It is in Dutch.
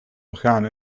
orgaan